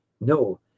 No